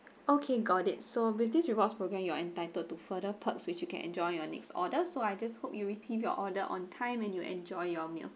okay got it so with this rewards programme you are entitled to further perks which you can enjoy your next order so I just hope you receive your order on time and you enjoy your meal